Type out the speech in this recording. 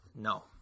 No